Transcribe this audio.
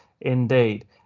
indeed